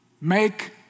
Make